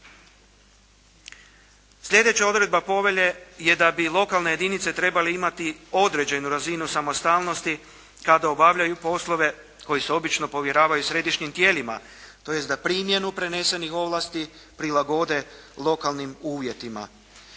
Sljedeća odredba Povelje je da bi lokalne jedinice trebale imati određenu razinu samostalnosti kada obavljaju poslove koji se obično povjeravaju središnjim tijelima tj. da primjenu prenesenih ovlasti prilagode lokalnim uvjetima.